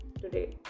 today